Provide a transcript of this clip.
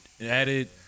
Added